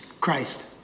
Christ